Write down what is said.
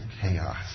chaos